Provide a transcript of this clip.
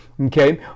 okay